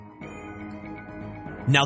Now